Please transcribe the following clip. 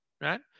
right